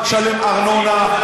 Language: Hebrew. גם תשלם ארנונה,